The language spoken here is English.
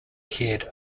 head